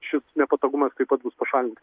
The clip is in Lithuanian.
šis nepatogumas taip pat bus pašalintas